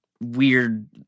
weird